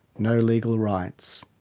no legal rights.